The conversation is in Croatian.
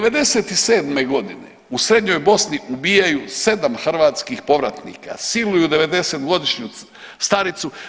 97. godine u Srednjoj Bosni ubijaju 7 hrvatskih povratnika, siluju 90-godišnju staricu.